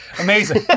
Amazing